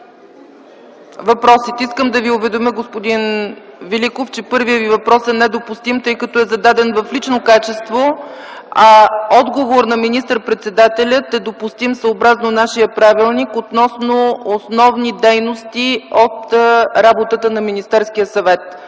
въпросите. Искам да Ви уведомя, господин Великов, че първият Ви въпрос е недопустим, тъй като е зададен в лично качество, а отговор на министър-председателя, съобразно нашия правилник, е допустим относно основни дейности от работата на Министерския съвет.